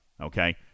Okay